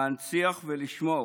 להנציח ולשמור,